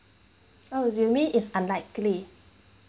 oh you mean it's unlikely